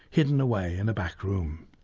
hidden away in a back room.